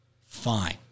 Fine